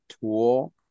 tool